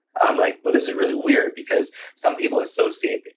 i'm like, well, this is really weird because some people associate.